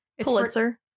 Pulitzer